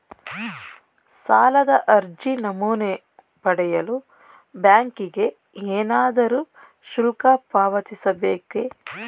ಸಾಲದ ಅರ್ಜಿ ನಮೂನೆ ಪಡೆಯಲು ಬ್ಯಾಂಕಿಗೆ ಏನಾದರೂ ಶುಲ್ಕ ಪಾವತಿಸಬೇಕೇ?